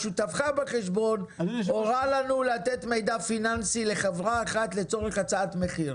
שותפך לחשבון הורה לנו לתת מידע פיננסי לחברה אחת לצורך הצעת מחיר,